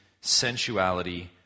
sensuality